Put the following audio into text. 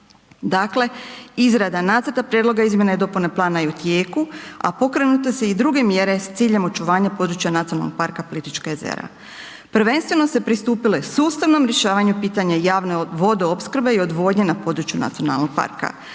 Dakle, izrada nacrta prijedloga izmjena i dopune plana je u tijeku a pokrenute su i druge mjere s ciljem očuvanja područja NP Plitvička jezera. Prvenstveno se pristupilo sustavno rješavanju pitanje javne vodoopskrbe i odvodnje na području nacionalnog parka,